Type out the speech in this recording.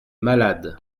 malades